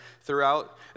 throughout